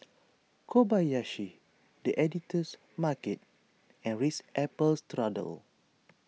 Kobayashi the Editor's Market and Ritz Apple Strudel